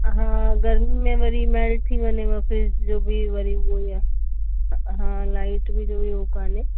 हा गर्मी में वरी मेल्ट थी वञेव फ़्रीज जो बि वरी उओ ई आहे हा लाइट जो बि उहो कोन्हे